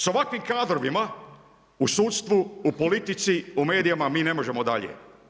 Sa ovakvim kadrovima u sudstvu, u politici, u medijima, mi ne možemo dalje.